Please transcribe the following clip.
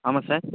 ஆமாம் சார்